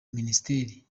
minisiteri